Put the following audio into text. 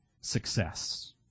success